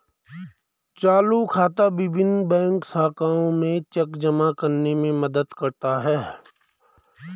चालू खाता विभिन्न बैंक शाखाओं में चेक जमा करने में मदद करता है